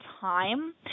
time